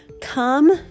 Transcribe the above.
come